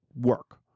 work